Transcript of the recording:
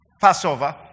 Passover